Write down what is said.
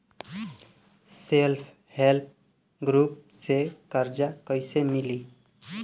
Self help group से कर्जा कईसे मिली?